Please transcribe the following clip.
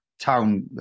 town